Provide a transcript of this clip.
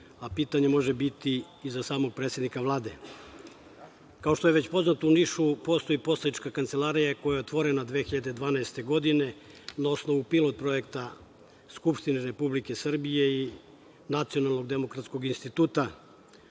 a pitanje može biti i za samog predsednika Vlade. Kao što je već poznato, u Nišu postoji poslanička kancelarija koja je otvorena 2012. godine na osnovu pilot projekta Skupštine Republike Srbije i Nacionalnog demokratskog instituta.